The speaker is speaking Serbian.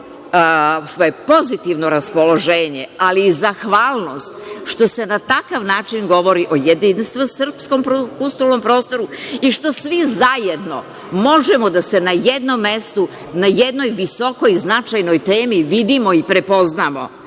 svoje pozitivno raspoloženje, ali i zahvalnost što se na takav način govori o jedinstvenom srpskom kulturnom prostoru i što svi zajedno možemo da se na jednom mestu, na jednoj visokoj i značajnoj temi vidimo i prepoznamo.